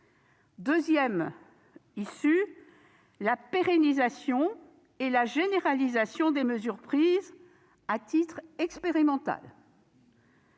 est nécessaire ; la pérennisation et la généralisation des mesures prises à titre expérimental